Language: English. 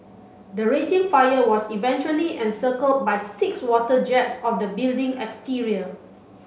the raging fire was eventually encircled by six water jets of the building exterior